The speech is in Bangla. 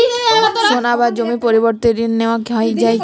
সোনা বা জমির পরিবর্তে ঋণ নেওয়া যায় কী?